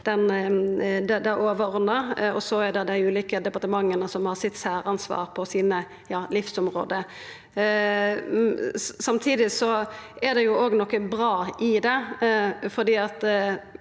og så er det dei ulike departementa som har sitt særansvar på sine livsområde. Samtidig er det òg noko bra med det.